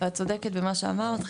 את צודקת במה שאמרת,